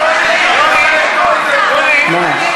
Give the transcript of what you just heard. מה?